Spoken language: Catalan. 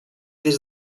des